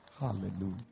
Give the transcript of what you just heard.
Hallelujah